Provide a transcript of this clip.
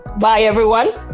bye everyone.